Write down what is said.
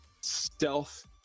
stealth